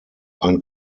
ein